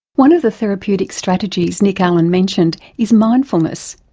one of the therapeutic strategies nick allen mentioned is mindfulness.